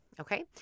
Okay